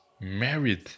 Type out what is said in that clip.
married